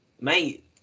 Mate